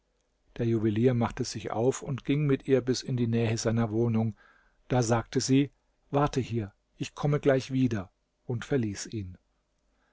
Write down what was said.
der juwelier machte sich auf und ging mit ihr bis in die nähe seiner wohnung da sagte sie warte hier ich komme gleich wieder und verließ ihn